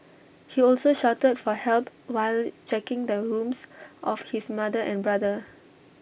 he also shouted for help while checking the rooms of his mother and brother